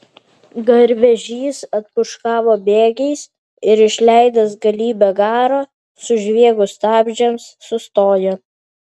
garvežys atpūškavo bėgiais ir išleidęs galybę garo sužviegus stabdžiams sustojo